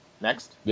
Next